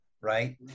right